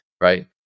right